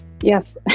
Yes